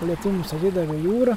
lietuviams atidavė jūrą